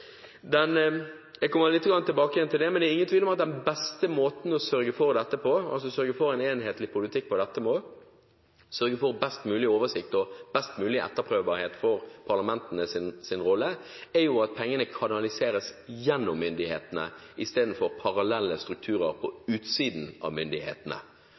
den beste måten å sørge for en enhetlig politikk på dette på – sørge for best mulig oversikt og best mulig etterprøvbarhet for parlamentenes rolle – er at pengene kanaliseres gjennom myndighetene istedenfor parallelle strukturer på utsiden av myndighetene.